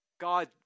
God